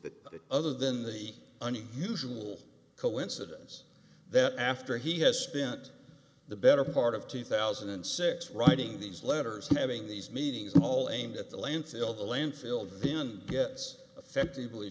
the other than the an unusual coincidence that after he has spent the better part of two thousand and six writing these letters having these meetings all aimed at the landfill the landfill vian gets effectively